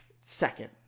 second